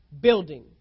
building